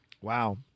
Wow